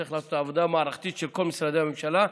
צריך לעשות עבודה מערכתית, כל משרדי הממשלה.